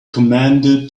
commander